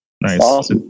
Nice